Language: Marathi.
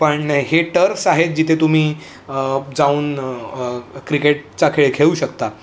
पण हे टर्फ्स आहेत जिथे तुम्ही जाऊन क्रिकेटचा खेळ खेळू शकता